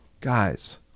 guys